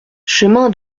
chemin